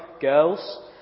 girls